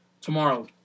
tomorrow